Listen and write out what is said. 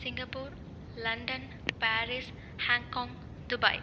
Singapore London Paris Hong Kong Dubai